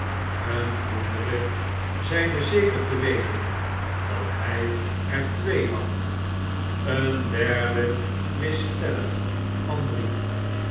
eene andere zeide zeker te weten dat hij er twee had eene derde wist stellig van drie